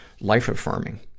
life-affirming